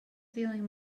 feeling